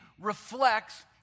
reflects